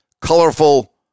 colorful